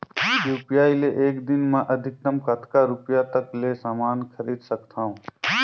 UPI ले एक दिन म अधिकतम कतका रुपिया तक ले समान खरीद सकत हवं?